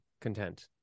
content